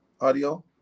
audio